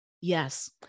Yes